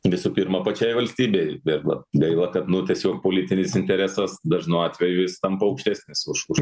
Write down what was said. visų pirma pačiai valstybei bet vat gaila kad nu tiesiog politinis interesas dažnu atveju jis tampa aukštesnis už už